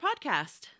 Podcast